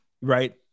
right